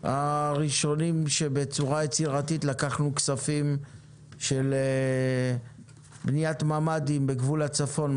הראשונים שבצורה יצירתית לקחנו כספים של בניית ממ"דים בגבול הצפון,